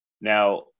Now